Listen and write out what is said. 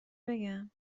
بگم